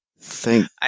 Thank